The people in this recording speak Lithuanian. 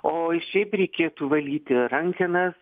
o ir šiaip reikėtų valyti rankenas